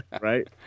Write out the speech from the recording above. Right